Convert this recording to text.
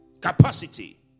capacity